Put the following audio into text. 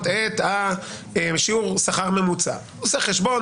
את שיעור השכר הממוצע; הוא עושה חשבון,